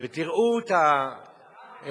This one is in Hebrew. ותראו, מה זה?